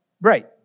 right